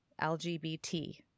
LGBT